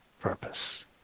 purpose